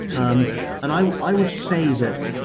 um and i i would say that